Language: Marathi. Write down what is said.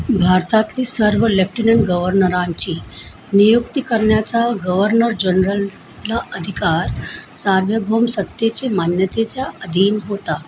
भारतातली सर्व लेफ्टिनन्ट गवर्नरांची नियुक्ती करण्याचा गव्हर्नर जनरलला अधिकार सार्वभौम सत्तेचे मान्यतेचा अधीन होता